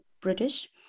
British